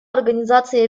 организации